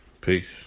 peace